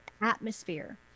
atmosphere